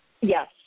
Yes